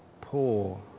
poor